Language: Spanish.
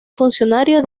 funcionario